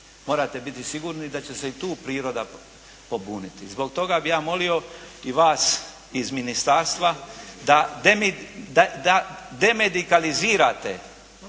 Morate biti sigurni da će se i tu priroda pobuniti. Zbog toga bi ja molio i vas iz ministarstva da demedikalizirate